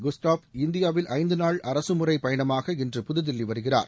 Gustaf இந்தியாவில் ஐந்து நாள் அரசுமுறை பயணமாக இன்று புதுதில்லி வருகிறார்